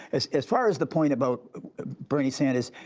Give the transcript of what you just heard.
as as far as the point about bernie sanders,